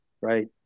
right